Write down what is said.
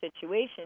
situation